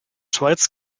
schweiz